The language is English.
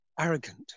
arrogant